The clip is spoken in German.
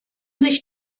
sich